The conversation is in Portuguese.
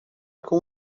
com